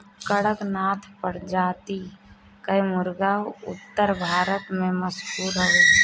कड़कनाथ प्रजाति कअ मुर्गा उत्तर भारत में मशहूर हवे